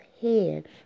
head